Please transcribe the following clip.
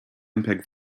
mpeg